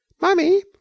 mummy